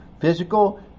physical